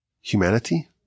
Humanity